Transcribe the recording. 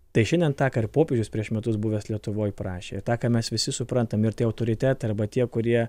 tai šiandien tąkart popiežius prieš metus buvęs lietuvoj prašė ir tą ką mes visi suprantam ir tie autoritetai arba tie kurie